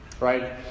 Right